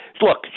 look